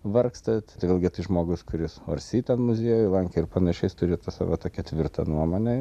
vargstat vėlgi tai žmogus kuris orsi ten muziejų lankė ir panašiai jis turi savo tokią tvirtą nuomonę